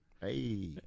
Hey